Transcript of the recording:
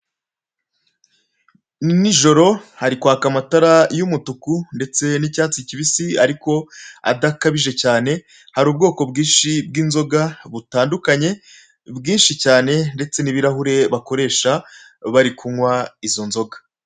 Ni nijoro hari kwaka amatara y'umutuku ndetse n'icyatsi kibisi ariko adakabije cyane, hari ubwoko bwinshi bw'inzoga butandukanye bwinshi cyane, ndetse hari n'ibirahure bakoresha bari kunywa izo nzoga.